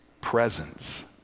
presence